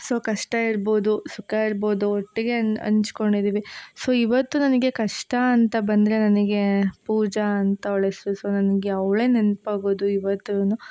so ಕಷ್ಟ ಇರ್ಬೋದು ಸುಖ ಇರ್ಬೋದು ಒಟ್ಟಿಗೆ ಹಂಚ್ಕೊಂಡಿದಿವಿ ಸೊ ಇವತ್ತು ನನಗೆ ಕಷ್ಟ ಅಂತ ಬಂದ್ರೆ ನನಗೆ ಪೂಜಾ ಅಂತ ಅವ್ಳ ಹೆಸ್ರು ಸೊ ನನಗೆ ಅವ್ಳೇ ನೆನಪಾಗೋದು ಇವತ್ತುಗು